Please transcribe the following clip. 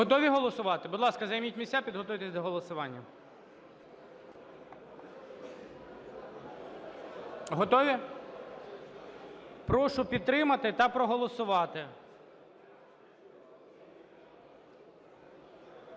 Готові голосувати. Будь ласка, займіть місця, підготуйтесь до голосування. Готові? Прошу підтримати та проголосувати.